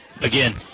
again